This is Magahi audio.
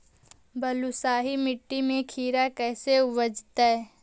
बालुसाहि मट्टी में खिरा कैसे उपजतै?